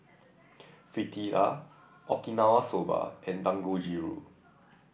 Fritada Okinawa Soba and Dangojiru